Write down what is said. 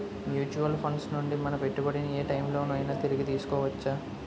Mutual funds నుండి మన పెట్టుబడిని ఏ టైం లోనైనా తిరిగి తీసుకోవచ్చా?